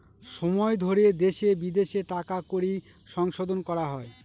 সময় ধরে দেশে বিদেশে টাকা কড়ির সংশোধন করা হয়